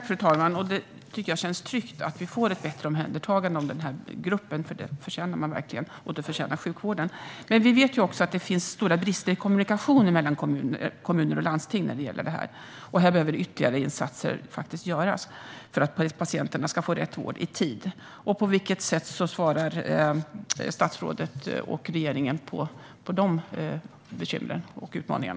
Fru talman! Det känns tryggt att vi får ett bättre omhändertagande av denna grupp, för dessa personer och sjukvården förtjänar verkligen det. Men vi vet också att det finns stora brister i kommunikationen mellan kommuner och landsting när det gäller detta. Ytterligare insatser behöver faktiskt göras för att patienterna ska få rätt vård i tid. På vilket sätt svarar statsrådet och regeringen på dessa bekymmer och utmaningar?